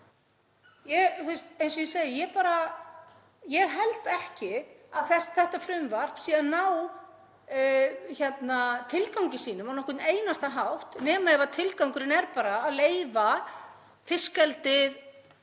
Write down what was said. Eins og ég segi, ég held ekki að þetta frumvarp sé að ná tilgangi sínum á nokkurn einasta hátt, nema ef tilgangurinn er bara að leyfa fiskeldið